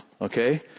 okay